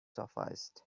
suffused